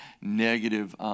negative